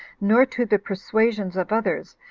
nor to the persuasions of others,